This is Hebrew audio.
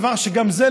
דבר שגם הוא,